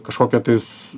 kažkokią tais